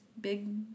big